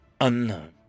Unknown